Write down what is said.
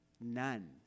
None